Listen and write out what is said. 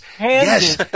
yes